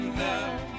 love